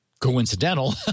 coincidental